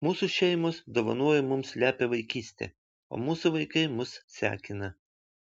mūsų šeimos dovanojo mums lepią vaikystę o mūsų vaikai mus sekina